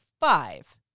five